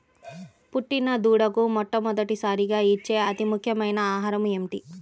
పుట్టిన దూడకు మొట్టమొదటిసారిగా ఇచ్చే అతి ముఖ్యమైన ఆహారము ఏంటి?